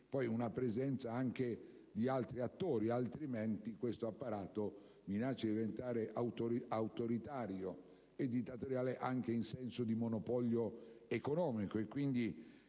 poi una presenza anche di altri attori. Altrimenti, questo apparato minaccia di diventare autoritario e dittatoriale anche in senso di monopolio economico